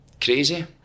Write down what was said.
crazy